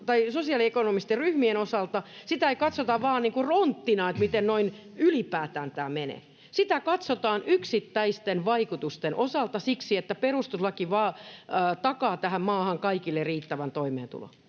tai sosioekonomisten ryhmien osalta, sitä ei katsota vain niin kuin ronttina, että miten noin ylipäätään tämä menee. Sitä katsotaan yksittäisten vaikutusten osalta siksi, että perustuslaki takaa tähän maahan kaikille riittävän toimeentulon.